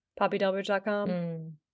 PoppyDelbridge.com